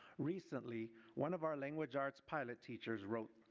recently one of our language arts pilot teachers wrote,